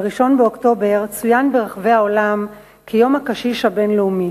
ה-1 באוקטובר צוין ברחבי העולם כיום הקשיש הבין-לאומי.